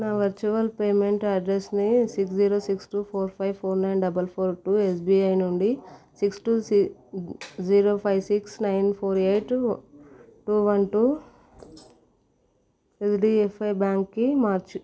నా virtual payment అడ్రెస్ని six zero six two four five four nine double four two SBI నుండి six two C zero five six nine four eight two one two ఏడిఎఫ్ఐ బ్యాంక్కి మార్చు